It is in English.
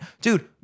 Dude